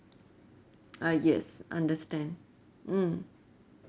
ah yes understand mm